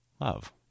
love